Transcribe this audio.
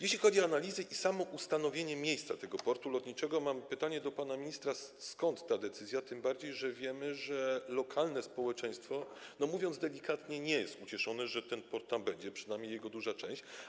Jeśli chodzi o analizy i ustanowienie miejsca tego portu lotniczego, mam pytanie do pana ministra, skąd ta decyzja, tym bardziej że wiemy, że lokalne społeczeństwo, mówiąc delikatnie, nie jest ucieszone, że ten port tam będzie, przynajmniej jego duża część.